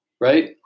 right